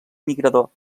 migrador